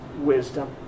wisdom